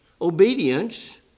Obedience